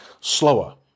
slower